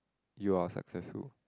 you are successful